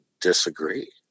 disagree